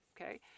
okay